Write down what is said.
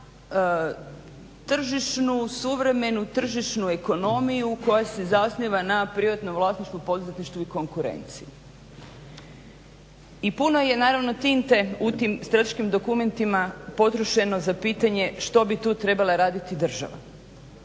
suvremenu tržišnu ekonomiju koja se zasniva na privatnom vlasništvu poduzetništvu i konkurenciji. I puno je naravno tinte u tim strateškim dokumentima potrošeno za pitanje što bi tu trebala raditi država.